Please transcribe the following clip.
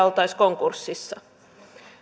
oltaisiin konkurssissa